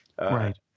Right